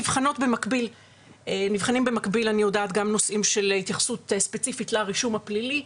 נבחנים במקביל גם נושאים של התייחסות ספציפית לרישם הפלילי,